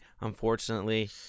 unfortunately